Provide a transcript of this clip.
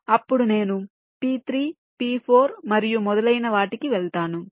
అప్పుడు నేను P3 P4 మరియు మొదలైన వాటికి వెళ్తాను